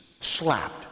slapped